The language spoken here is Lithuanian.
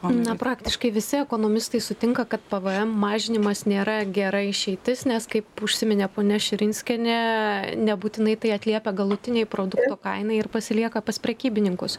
na praktiškai visi ekonomistai sutinka kad pvm mažinimas nėra gera išeitis nes kaip užsiminė ponia širinskienė nebūtinai tai atliepia galutinei produkto kainai ir pasilieka pas prekybininkus